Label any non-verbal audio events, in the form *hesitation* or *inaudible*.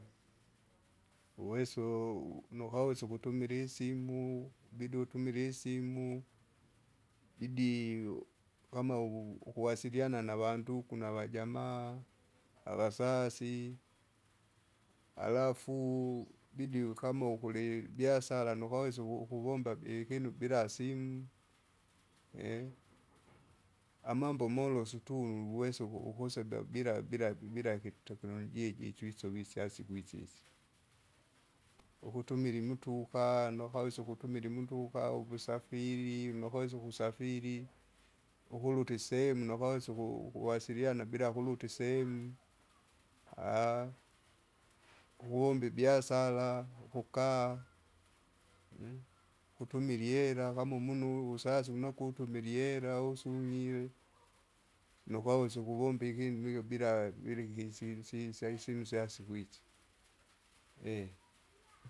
Uwesa u- nukawesa ukutumila isimu, ibidi utumile isimu, ibidiu kama uvu ukuwasiliana ukuwasiliana navandugu navajamaa, avasasi. Alafu *noise* ibidi ukama ukuli- jasala nukawesa uku- ukuvomba bi ikinu bila simu, *hesitation* amambo molosu tuluwesa uku- ukuseba bila bila bila kite- kinolojia iji twisovise asikwisisi. Ukutumila imutuka nukawesa ukutumila imutuka, uvusafiri, nukawesa ukusafiri, ukuluta isehemu nukawesa uku- ukuwasiliana bila kuluta isemu, *hesitation* ukuwomba ibiasara, ukukaa, *hesitation* kutumila iela kama umunu uvu uvusasi unakutumile ihera usumile, nukawesa ukuwomba ikinu ikyo bila, bila ikinsinsiisyisinu syasikwisa. *hesitation*